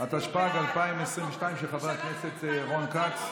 התשפ"ג 2022, של חבר הכנסת רון כץ.